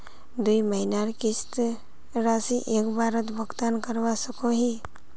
दुई महीनार किस्त राशि एक बारोत भुगतान करवा सकोहो ही?